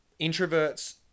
introverts